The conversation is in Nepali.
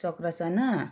चक्रासन